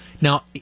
Now